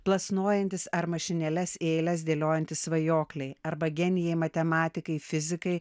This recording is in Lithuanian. plasnojantys ar mašinėles į eiles dėliojantys svajokliai arba genijai matematikai fizikai